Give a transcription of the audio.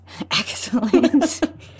Excellent